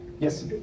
Yes